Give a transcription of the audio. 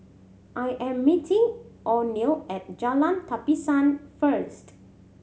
I am meeting Oneal at Jalan Tapisan first